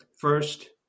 First